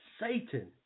Satan